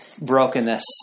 brokenness